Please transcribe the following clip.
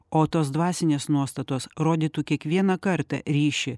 o tos dvasinės nuostatos rodytų kiekvieną kartą ryšį